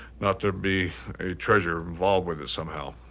not to be a treasure involved with it somehow.